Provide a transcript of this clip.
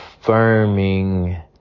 affirming